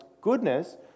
goodness